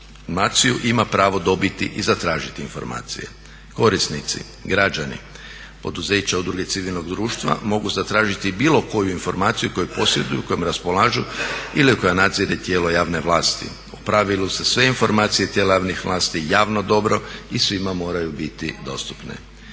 informaciju i ima pravo dobiti i zatražiti informacije. Korisnici, građani, poduzeća, udruge civilnog društva mogu zatražiti bilo koju informaciju koju posjeduju, kojom raspolažu ili koja nadzire tijelo javne vlasti. u pravilu se sve informacije tijela javne vlasti javno dobro i svima moraju biti dostupne.